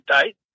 date